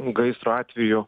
gaisro atveju